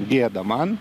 gėdą man